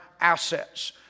assets